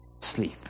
Sleep